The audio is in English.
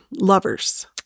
lovers